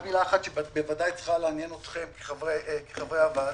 רק מילה אחת שצריכה לעניין אתכם כחברי הוועדה,